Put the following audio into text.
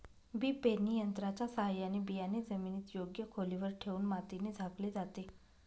बी पेरणी यंत्राच्या साहाय्याने बियाणे जमिनीत योग्य खोलीवर ठेवून मातीने झाकले जाते